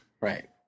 Right